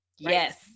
Yes